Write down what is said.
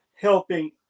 helping